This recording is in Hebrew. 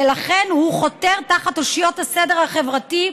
ולכן הוא חותר תחת אושיות הסדר החברתי,